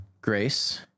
grace